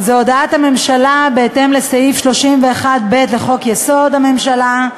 זאת הודעת הממשלה בהתאם לסעיף 31(ב) לחוק-יסוד: הממשלה,